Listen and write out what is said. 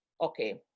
Okay